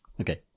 Okay